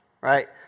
right